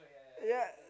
yea